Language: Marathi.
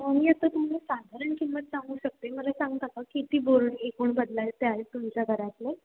मी आता तुम्हाला साधारण किंमत सांगू शकते मला सांगता का किती बोर्ड एकूण बदलायचे आहेत तुमच्या घरातले